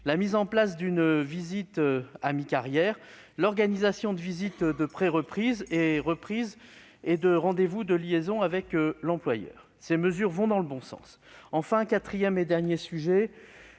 ; mise en place d'une visite à mi-carrière ; organisation de visite de préreprise et reprise, ainsi que de rendez-vous de liaison avec l'employeur. Ces mesures vont dans le bon sens. Enfin, le quatrième et dernier sujet